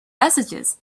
messages